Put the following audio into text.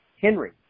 Henry